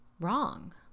wrong